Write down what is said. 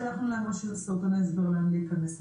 שלחנו לרשות סרטוני הסבר לאן להיכנס,